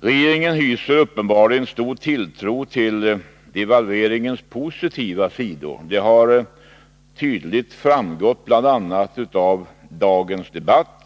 Regeringen hyser uppenbarligen stor tilltro till devalveringens positiva sidor. Det har tydligt framgått av dagens debatt.